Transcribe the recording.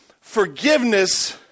forgiveness